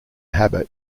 habit